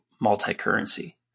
multi-currency